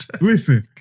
Listen